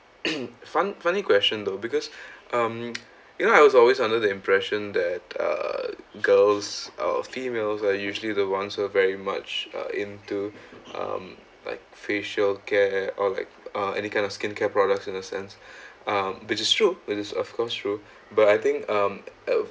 fun~ funny question though because um you know I was always under the impression that uh girls uh females are usually the ones who are very much into um like facial care or like uh any kind of skincare products in a sense um which is true which is of course true but I think um